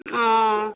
ओ